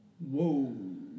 whoa